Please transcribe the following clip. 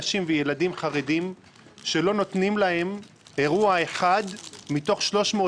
נשים וילדים חרדים שלא נותנים להם אירוע אחד מתוך 360